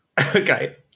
Okay